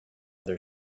their